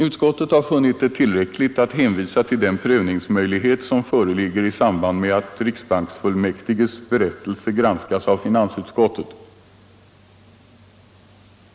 Utskottet har funnit det tillräckligt att hänvisa till den prövningsmöjlighet som föreligger i samband med att riksbanksfullmäktiges berättelse granskas av finansutskottet.